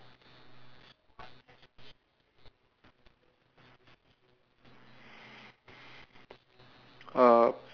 uh